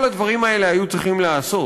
כל הדברים האלה היו צריכים להיעשות,